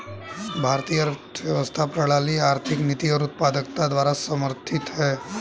भारतीय अर्थव्यवस्था प्रणाली आर्थिक नीति और उत्पादकता द्वारा समर्थित हैं